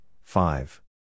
five